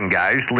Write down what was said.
guys